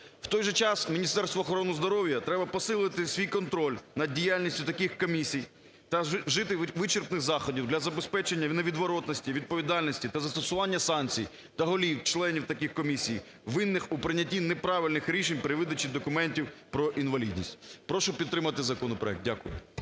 У той же час Міністерству охорони здоров'я треба посилити свій контроль над діяльністю таких комісій та вжити вичерпних заходів для забезпечення невідворотності відповідальності та застосування санкцій до голів, членів таких комісій, винних у прийнятті неправильних рішень при видачі документів про інвалідність. Прошу підтримати законопроект. Дякую.